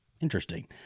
interesting